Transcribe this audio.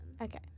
Okay